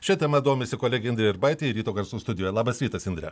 šia tema domisi kolegė indrė urbaitė ji ryto garsų studijoje labas rytas indre